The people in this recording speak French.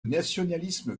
nationalisme